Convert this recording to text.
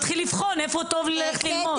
מתחיל לבחון איפה טוב ללכת ללמוד.